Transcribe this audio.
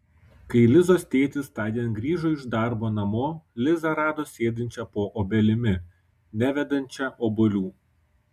kai lizos tėtis tądien grįžo iš darbo namo lizą rado sėdinčią po obelimi nevedančia obuolių